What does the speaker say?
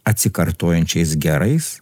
atsikartojančiais gerais